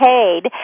paid